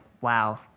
wow